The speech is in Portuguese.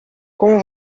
como